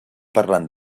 parlant